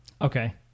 Okay